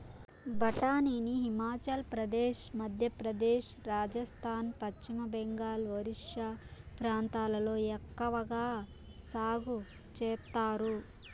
బఠానీని హిమాచల్ ప్రదేశ్, మధ్యప్రదేశ్, రాజస్థాన్, పశ్చిమ బెంగాల్, ఒరిస్సా ప్రాంతాలలో ఎక్కవగా సాగు చేత్తారు